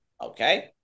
Okay